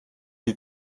die